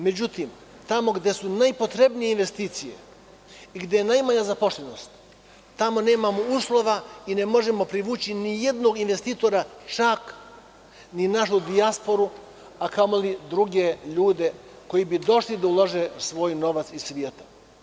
Međutim, tamo gde su najpotrebnije investicije i gde je najmanja zaposlenost, tamo nemamo uslova i ne možemo privući nijednog investitora, čak ni našu dijasporu, a kamoli druge ljude koji bi došli da ulože svoj novac iz sveta.